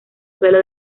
suelo